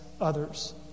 others